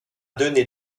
donné